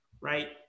right